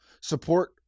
support